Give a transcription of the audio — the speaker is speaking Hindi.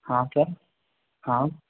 हाँ सर हाँ